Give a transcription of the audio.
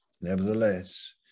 nevertheless